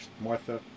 Martha